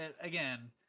Again